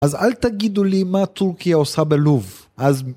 אז אל תגידו לי מה טורקיה עושה בלוב.